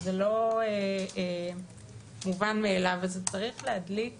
זה לא מובן מאליו וזה צריך להדליק